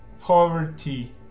poverty